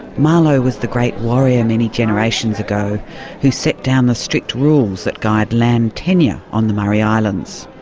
malo was the great warrior many generations ago who set down the strict rules that guide land tenure on the murray islands.